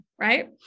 right